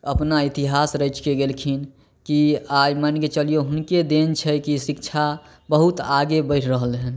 अपना इतिहास रचिके गेलखिन कि आइ मानिके चलियौ हुनके देन छै कि शिक्षा बहुत आगे बढ़ि रहल हन